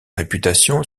réputation